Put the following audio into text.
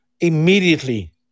immediately